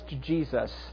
Jesus